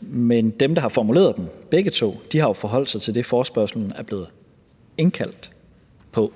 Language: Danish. Men dem, der har formuleret dem, begge to, har jo forholdt sig til det, forespørgslen er blevet indkaldt på: